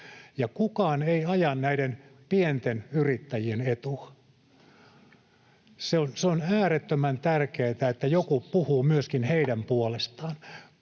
kukaan ei aja näiden pienten yrittäjien etua. Se on äärettömän tärkeätä, että joku puhuu myöskin heidän puolestaan.